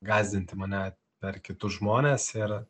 gąsdinti mane per kitus žmones ir